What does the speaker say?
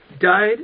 Died